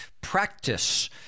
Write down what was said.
practice